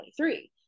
2023